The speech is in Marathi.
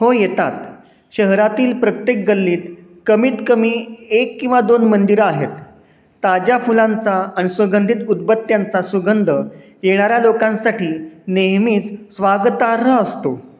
हो येतात शहरातील प्रत्येक गल्लीत कमीत कमी एक किंवा दोन मंदिरं आहेत ताज्या फुलांचा आणि सुगंधित उदबत्त्यांचा सुगंध येणाऱ्या लोकांसाठी नेहमीच स्वागतार्ह असतो